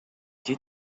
due